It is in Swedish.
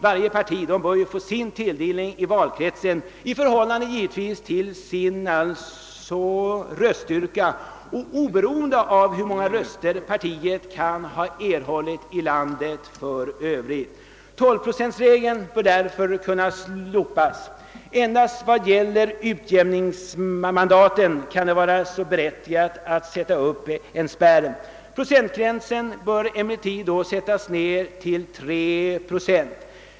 Varje parti bör givetvis få sin tilldelning i valkretsen i förhållande till sin röstsiffra, oberoende av hur många röster partiet kan ha erhållit i landet i övrigt. Tolvprocentsregeln bör därför kunna slopas. Endast vad gäller utjämningsmandaten kan det vara berättigat att sätta upp en spärr. Procentgränsen bör emellertid då sättas ned till 3 procent.